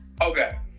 Okay